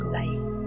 life